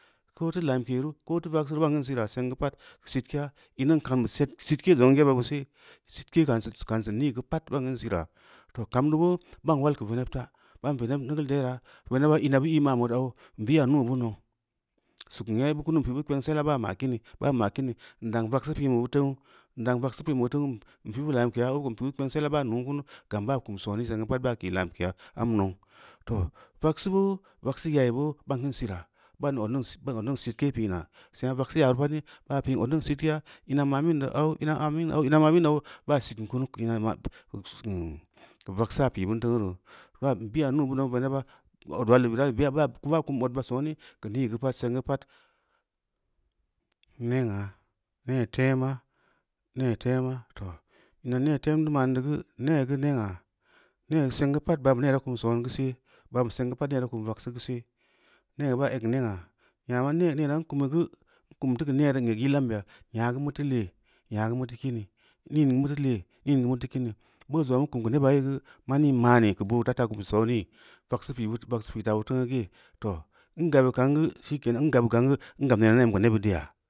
Koó tu lamkeru koo tu vaksuru bakan siira seŋgu paát si’itkeya in nin ŋkang ku si’itke noŋ yeba bu se siitke nkang suun nkang su’um ningu pa’at mbang kun sira, toh kambugu, mbang wal ku vɛnɛb ina bu i manu yau nmbi ya na’u bumau suk nyeba kunun nmi pi bu kpangsela ba’a ma kini- ba’a ma kini ndang vaksu da pin o bu ntehu’u ndang vaksu da pin o bu n ntehuu ndang vaksu da pi bu ntehu’u ru mni pi bu lamkeya a bu ko nmi pi bu kpansel ba em nmu gam ba kum son’e seŋgu pa’at ba ki lamkeya am nau, toh vaksugu vaksu yayi bo’o mbang kən si’iria ba oʒunniŋ sitka pina seŋgu vaksi yayi sengu ba ot niŋ sitkeya ina mamin au-ina mamin au ba sitkuna ku ina ma mm ku vaksa pi bu ntiŋru ba biya bʊuburʊu vɛnɛba ot wal bu bira ba kum ot ba sone’ ku nigu pa’at sengu’u pa’at nneyaa’! Nne tema-nne tema toh inu nne temgu man du gu nne gu nne’a nne sengu pa’at ba’an songu sé ban sengu pa’at da kum vaksu gu’u sé se néá ba eŋ ne’á ntyam nea ne’anda kumi nyagu mutu le’ nyagu mutu kuni nin mutu le nin mutu kini boo zong nni mutu le’ nin mutu kini boo zong nin kum ku neba yegu mani ma’ani ku bota ba kun ta ku sone’, vaksu pi bu ten vaksu pi ba tegnhi ge’ toh nngan kan gu shikenan ngab kan gu ngab nne ning ko nebiddiya.